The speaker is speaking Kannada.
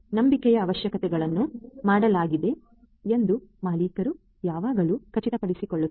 ನಂಬಿಕೆಯ ಅವಶ್ಯಕತೆಗಳನ್ನು ಮಾಡಲಾಗಿದೆಯೆ ಎಂದು ಮಾಲೀಕರು ಯಾವಾಗಲೂ ಖಚಿತಪಡಿಸಿಕೊಳ್ಳುತ್ತಾರೆ